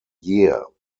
year